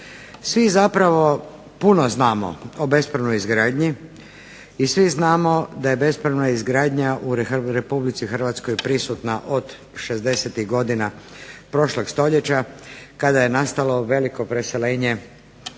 Svi zapravo puno znamo o bespravnoj izgradnji i svi znamo da je bespravna izgradnja u Republici Hrvatskoj prisutna od 60-tih godina prošlog stoljeća kada je nastalo veliko preseljenje